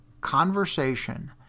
conversation